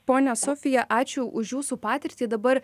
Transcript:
ponia sofija ačiū už jūsų patirtį dabar